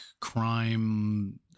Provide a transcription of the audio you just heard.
crime